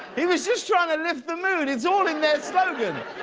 he was just trying to lift the mood. it's all in their slogan.